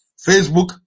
facebook